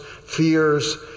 fears